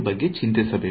ಬಗ್ಗೆ ಚಿಂತಿಸಬೇಡಿ